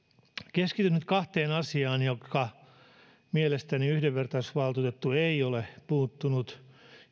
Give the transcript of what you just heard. keskityn nyt kahteen asiaan joihin mielestäni yhdenvertaisuusvaltuutettu ei ole puuttunut